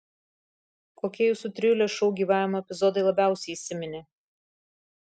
kokie jūsų trijulės šou gyvavimo epizodai labiausiai įsiminė